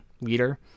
leader